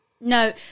no